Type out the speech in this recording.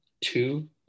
two